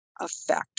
effect